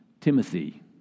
Timothy